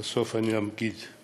בסוף אני אגיד את